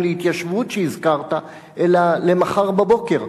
להתיישבות שהזכרת, אלא למחר בבוקר.